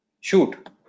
shoot